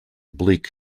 bleak